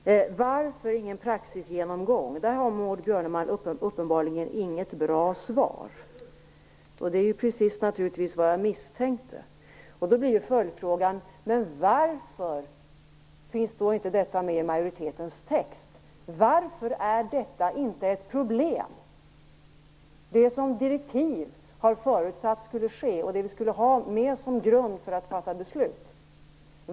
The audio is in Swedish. Jag undrade varför det inte görs någon praxisgenomgång. Maud Björnemalm hade uppenbarligen inget bra svar på den frågan. Det var precis det som jag misstänkte. Då blir följdfrågan: Varför finns då inte detta med i majoritetens text? Hur kommer det sig att detta inte är ett problem? Det förutsattes i direktiven att det skulle ske en praxisgenomgång som skulle finnas med som grund när vi fattade beslut.